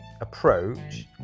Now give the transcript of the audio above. approach